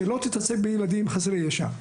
שלא תתעסק בילדים חסרי ישע.